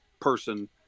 person